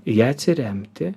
į ją atsiremti